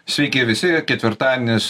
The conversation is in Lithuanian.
sveiki visi ketvirtadienis